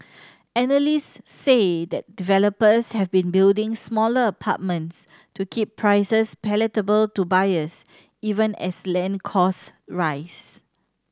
analysts say developers have been building smaller apartments to keep prices palatable to buyers even as land cost rise